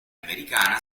americana